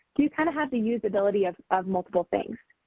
you kind of have the usability of of multiple things.